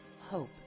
Hope